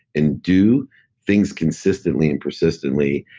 and do things consistently and persistently,